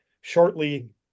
shortly